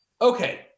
Okay